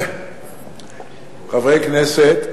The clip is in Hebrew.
חברי הכנסת,